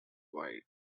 wide